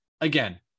again